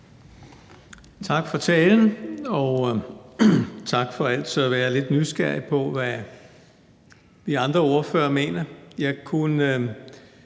Tak for talen. Og tak for altid at være lidt nysgerrig på, hvad de andre ordførere mener.